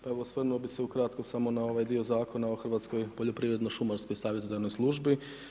Pa evo, osvrnuo bih se ukratko samo na ovaj dio zakona o hrvatskoj poljoprivredno-šumarskoj savjetodavnoj službi.